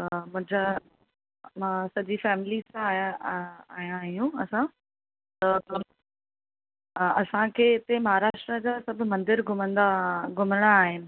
मुंहिंजा मां सॼी फैमिली सां आया आहियूं असां त असां खे हिते महाराष्ट्रा जा सभु मंदर घुमंदा घुमणा आहिनि